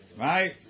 right